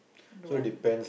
don't want lah